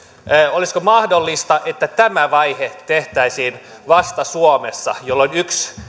olisiko mahdollista että tämä vaihe tehtäisiin vasta suomessa jolloin yksi